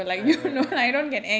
right right right